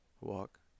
Walk